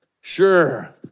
Sure